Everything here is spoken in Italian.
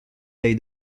dei